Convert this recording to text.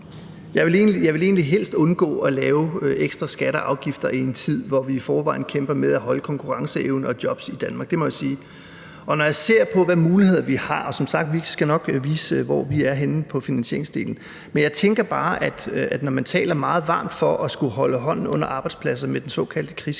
Jeg ville egentlig helst undgå at lave ekstra skatter og afgifter i en tid, hvor vi i forvejen kæmper med at bevare konkurrenceevnen og jobs i Danmark – det må jeg sige. Og når jeg ser på, hvilke muligheder vi har – og vi skal som sagt nok vise, hvor vi er henne i forhold til finansieringsdelen – så tænker jeg bare, at når man taler meget varmt for at skulle holde hånden under arbejdspladser med den såkaldte krigskasse,